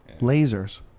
Lasers